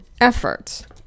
efforts